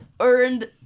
earned